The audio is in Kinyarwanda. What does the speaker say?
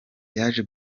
yaje